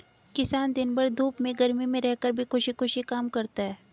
किसान दिन भर धूप में गर्मी में रहकर भी खुशी खुशी काम करता है